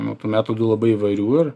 nu tų metodų labai įvairių ir